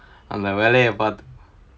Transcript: அந்த வெள்ளைய பாத்து:antha velayaa paathu